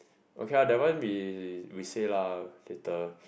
okay lor that one we we say lah later